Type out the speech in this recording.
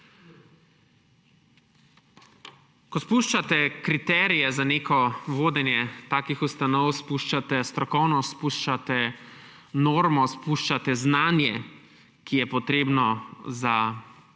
Ko spuščate kriterije za vodenje takih ustanov, spuščate strokovnost, spuščate normo, spuščate znanje, ki je potrebno za vodenje